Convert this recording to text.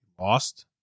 lost